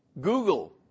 Google